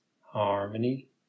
harmony